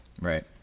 Right